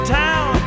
town